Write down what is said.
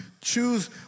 choose